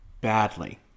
badly